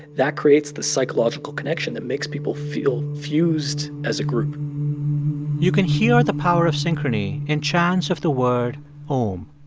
that creates the psychological connection that makes people feel fused as a group you can hear the power of synchrony in chants of the word om